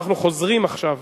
אנחנו חוזרים עכשיו